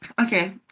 Okay